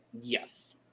yes